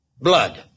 Blood